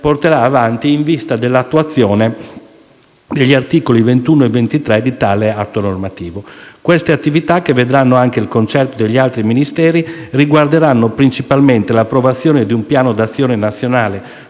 porterà avanti in vista dell'attuazione degli articoli 21 e 23 di tale atto normativo. Queste attività, che vedranno anche il concerto degli altri Ministeri, riguarderanno principalmente l'approvazione di un piano d'azione nazionale